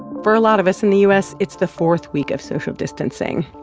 for a lot of us in the u s, it's the fourth week of social distancing.